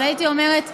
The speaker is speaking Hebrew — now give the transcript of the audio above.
אבל הייתי אומרת,